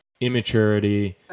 immaturity